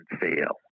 fail